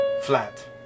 flat